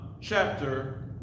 chapter